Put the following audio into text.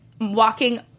walking